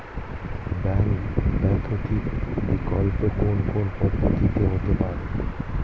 Bank ব্যতীত বিকল্প কোন কোন পদ্ধতিতে হতে পারে?